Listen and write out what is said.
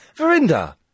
Verinda